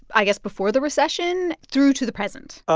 i guess, before the recession through to the present?